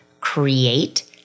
create